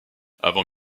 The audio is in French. avant